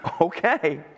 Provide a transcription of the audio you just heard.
okay